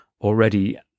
already